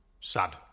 Sad